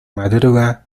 madruga